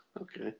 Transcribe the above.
Okay